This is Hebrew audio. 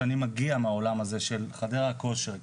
שאני מגיע מהעולם הזה של חדרי הכושר,